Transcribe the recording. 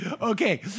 Okay